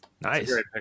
Nice